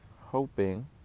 hoping